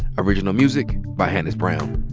original music by hannis brown.